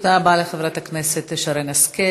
תודה רבה לחברת הכנסת שרן השכל.